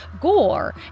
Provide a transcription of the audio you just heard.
gore